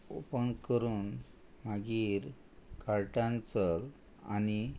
open करून मागीर कार्टान चल आनी